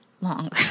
long